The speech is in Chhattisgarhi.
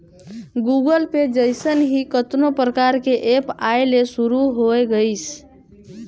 गुगल पे जइसन ही कतनो परकार के ऐप आये ले शुरू होय गइसे